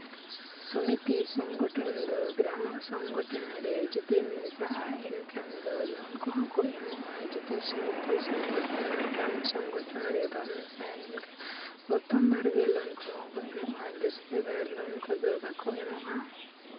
ᱥᱚᱢᱤᱛᱤ ᱥᱚᱝᱜᱚᱴᱷᱚᱱ ᱫᱚ ᱜᱨᱟᱢᱢᱚ ᱥᱚᱝᱜᱚᱴᱷᱚᱱ ᱨᱮ ᱡᱩᱫᱤᱢ ᱢᱮᱥᱟᱜᱼᱟ ᱮᱱᱠᱷᱟᱱ ᱫᱚ ᱞᱳᱱ ᱠᱚᱦᱚᱸ ᱠᱚ ᱮᱢᱚᱜᱼᱟ ᱡᱩᱫᱤ ᱥᱚᱢᱤᱛᱤ ᱥᱚᱝᱜᱚᱴᱚᱷᱚᱱ ᱦᱚᱸ ᱜᱨᱟᱢᱢᱚ ᱥᱚᱝᱜᱚᱴᱷᱚᱱ ᱨᱮ ᱵᱟᱢ ᱢᱮᱥᱟᱜᱼᱟ ᱮᱱᱠᱷᱟᱱ ᱯᱨᱚᱛᱷᱚᱢᱵᱟᱨ ᱜᱮ ᱞᱳᱱ ᱠᱚᱦᱚᱸ ᱠᱚ ᱮᱢᱚᱜᱼᱟ ᱫᱚᱥᱟᱨᱟ ᱵᱟᱨ ᱞᱳᱱ ᱠᱚᱫᱚ ᱵᱟᱠᱚ ᱮᱢᱚᱜᱼᱟ